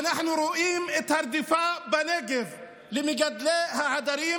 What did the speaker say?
ואנחנו רואים את הרדיפה בנגב אחרי מגדלי העדרים